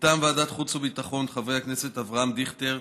מטעם ועדת החוץ והביטחון, חברי הכנסת אבי דיכטר,